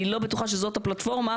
אני לא בטוחה שזאת הפלטפורמה,